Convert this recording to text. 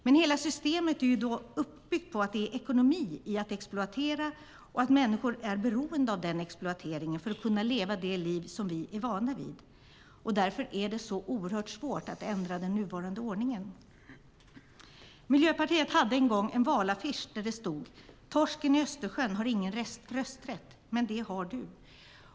Men hela systemet är uppbyggt på att det är ekonomi i att exploatera och att människor är beroende av den exploateringen för att kunna leva det liv som vi är vana vid. Därför är det så oerhört svårt att ändra den nuvarande ordningen. Miljöpartiet hade en gång en valaffisch där det stod "Torsken i Östersjön har ingen rösträtt - men det har du".